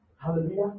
Hallelujah